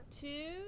Two